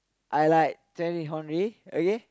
I like Thierry-Henry okay